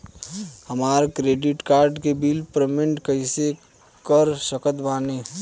हमार credit card के bill payment कइसे कर सकत बानी?